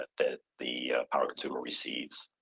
that the the power consumer receives.